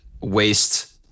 waste